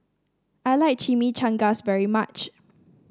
I like Chimichangas very much